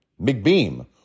McBeam